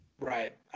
Right